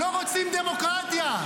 לא רוצים דמוקרטיה.